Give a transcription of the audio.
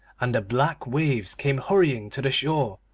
and the black waves came hurrying to the shore,